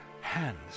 hands